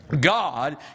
God